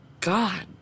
God